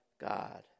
God